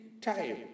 time